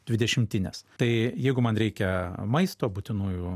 dvidešimtinės tai jeigu man reikia maisto būtinųjų